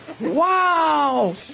Wow